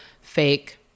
fake